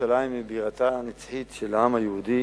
ירושלים היא בירתו הנצחית של העם היהודי,